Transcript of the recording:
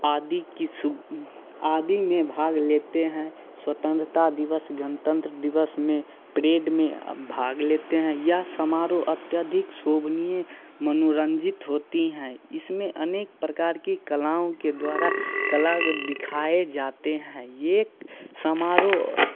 आदि की सुब आदि में भाग लेते हैं स्वतंत्रता दिवस गणतंत्र दिवस में परेड में भाग लेते हैं या समारोह अत्यधिक शोभनीय मनोरंजित होती हैं इसमें अनेक प्रकार की कलाओं के द्वारा कला दिखाए जाते हैं यह समारोह